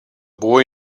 boy